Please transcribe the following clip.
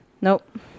Nope